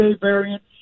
variant